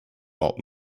old